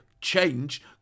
Change